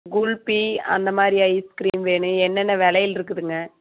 குல்பி அந்த மாதிரி ஐஸ்கிரீம் வேணும் என்னென்ன விலையில்ருக்குதுங்க